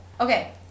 okay